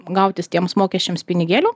gautis tiems mokesčiams pinigėlių